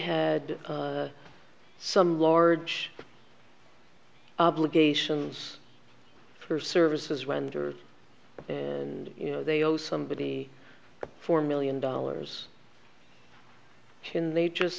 had some large obligations for services rendered and you know they owe somebody four million dollars when they just